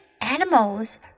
animals